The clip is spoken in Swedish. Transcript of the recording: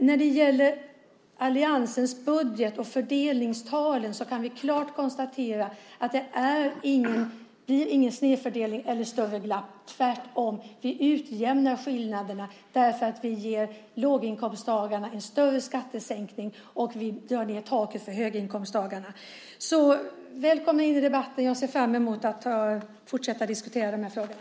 När det gäller alliansens budget och fördelningstalen kan vi klart konstatera att det inte blir någon snedfördelning eller något större glapp. Tvärtom. Vi utjämnar skillnaderna genom att vi ger låginkomsttagarna en större skattesänkning, och vi sänker taket för höginkomsttagarna. Välkommen in i debatten! Jag ser fram emot att fortsätta diskutera den här frågan.